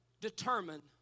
determine